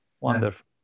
Wonderful